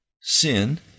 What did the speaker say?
sin